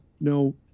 no